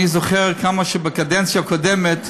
אני זוכר כמה דיברתם בקדנציה הקודמת,